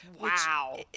Wow